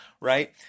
right